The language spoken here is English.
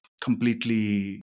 completely